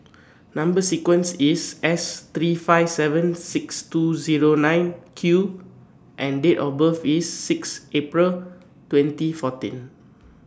Number sequence IS S three five seven six two Zero nine Q and Date of birth IS six April twenty fourteen